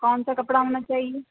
کون سا کپڑا ہونا چاہیے